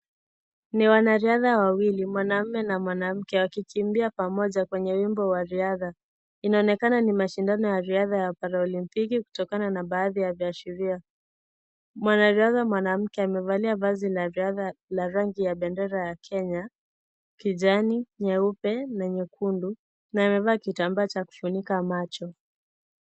Ni wanariadha wawili mwanaume na mwanamke wakikimbia pamoja mwenye wimbo wa riadha, inaonekana ni mashindano ya riadha ya para Olympiki kutokana na baadhi ya viashiria . Mwanariadha mwanamke amevalia vazi la riadha la rangi ya bendera ya Kenya ,kijani, nyeupe, nyeusi na nyekundu . Na amevaa kitambaa cha kufunika macho.